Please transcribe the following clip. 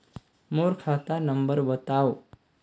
मोर खाता नम्बर बताव?